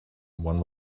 one